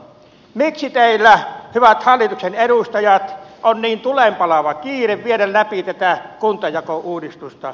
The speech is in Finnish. miksi teillä hyvät hallituksen edustajat on niin tulenpalava kiire viedä läpi tätä kuntajakouudistusta